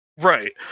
Right